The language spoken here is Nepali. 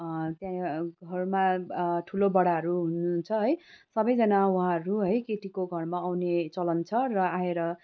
त्यहाँ घरमा ठुलोबडाहरू हुनुहुन्छ है सबैजना उहाँहरू है केटीको घरमा आउने चलन छ र आएर